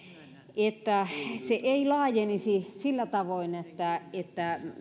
että se ei laajenisi sillä tavoin että että